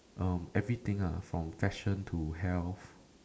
um everything ah from fashion to health